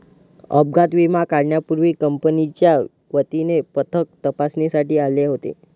अपघात विमा काढण्यापूर्वी कंपनीच्या वतीने पथक तपासणीसाठी आले होते